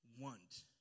want